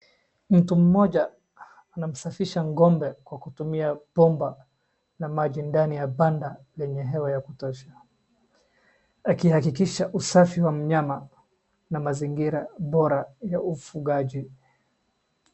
Mtu mmoja anamsafisha ng'ombe kwa kutumia bomba la maji ndani ya banda lenye hewa ya kutosha. Akihakikisha usafi wa mnyama na mazingira bora ya ufugaji.